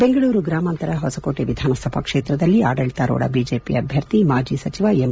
ಬೆಂಗಳೂರು ಗ್ರಾಮಾಂತರ ಹೊಸಕೋಟೆ ವಿಧಾನಸಭಾ ಕ್ಷೇತ್ರದಲ್ಲಿ ಆಡಳಿತಾರೂಢ ಬಿಜೆಪಿ ಅಭ್ಯರ್ಥಿ ಮಾಜಿ ಸಚಿವ ಎಂ